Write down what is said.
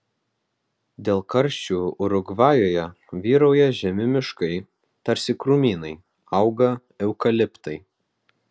dėl karščių urugvajuje vyrauja žemi miškai tarsi krūmynai auga eukaliptai